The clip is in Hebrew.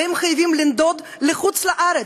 והם חייבים לנדוד לחוץ-לארץ,